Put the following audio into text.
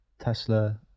Tesla